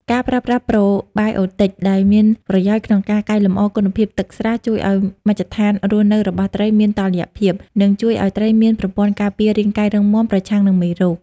ការប្រើប្រាស់ប្រូបាយអូទិចដែលមានប្រយោជន៍ ក្នុងការកែលម្អគុណភាពទឹកស្រះ ជួយឱ្យមជ្ឈដ្ឋានរស់នៅរបស់ត្រីមានតុល្យភាព និងជួយឱ្យត្រីមានប្រព័ន្ធការពាររាងកាយរឹងមាំប្រឆាំងនឹងមេរោគ។